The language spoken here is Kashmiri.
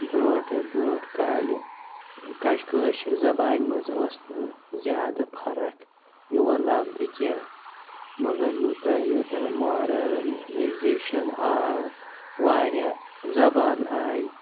برونٹھ برونٹھ کالہِ کَجہِ کٲشِر زَبانہِ منٛز ٲسۍ نہٕ زیادٕ فَرَق یِوان لَبنہٕ کیٚنٛہہ مَگَر یوتاہ یوتاہ ماڈٲرنیزیشَن آو وارِیاہ زَبانہٕ آیہِ